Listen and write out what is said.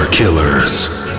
Killers